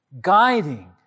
Guiding